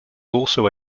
also